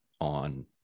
on